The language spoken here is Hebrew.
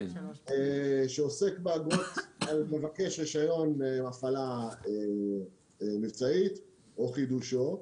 שעוסק באגרות על מבקש רישיון הפעלה מבצעית או חידושו.